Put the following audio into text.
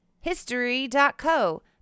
history.co